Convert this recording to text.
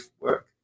work